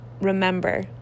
remember